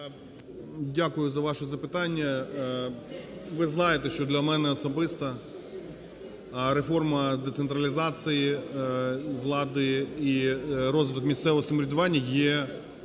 Дякую за ваше запитання. Ви знаєте, що для мене особисто реформа децентралізації влади і розвиток місцевого самоврядування є,